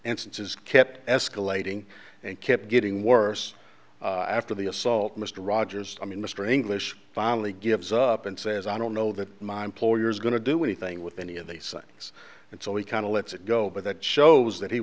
instances kept escalating and kept getting worse after the assault mr rogers i mean mr english finally gives up and says i don't know that my employer is going to do anything with any of these things and so he kind of lets it go but that shows that he